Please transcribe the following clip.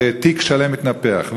ותיק שלם התנפח.